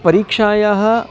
परीक्षायाः